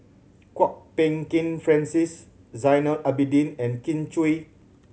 Kwok Peng Kin Francis Zainal Abidin and Kin Chui